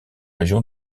région